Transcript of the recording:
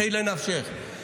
חיי לנפשך.